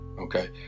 Okay